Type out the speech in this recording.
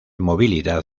movilidad